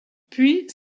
puis